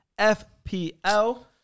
FPL